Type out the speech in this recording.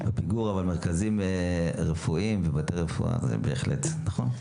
זה בהחלט נכון.